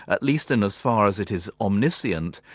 at least in as far as it is omniscient,